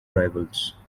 rivals